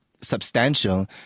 substantial